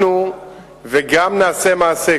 וגם נעשה מעשה.